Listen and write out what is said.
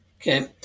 Okay